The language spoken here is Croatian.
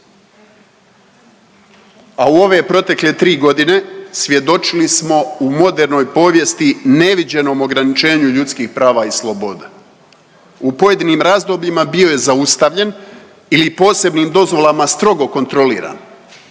a u ove protekle 3 godine svjedočili smo u modernoj povijesti neviđenom ograničenju ljudskih prava i sloboda. U pojedinim razdobljima bio je zaustavljen ili posebnim dozvolama strogo kontroliran